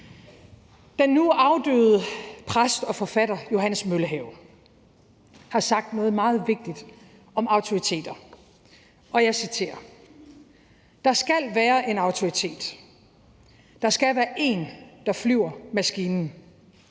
Den nu afdøde præst og forfatter Johannes Møllehave har sagt noget meget vigtigt om autoriteter, og jeg citerer: »... der skal være en autoritet. ... Der skal være ... én, der flyver maskinen.